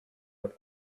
but